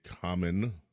common